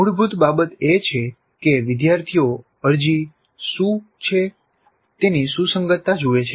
મૂળભૂત બાબત એ છે કે વિદ્યાર્થીઓ અરજી શું છે તેની સુસંગતતા જુએ છે